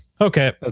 Okay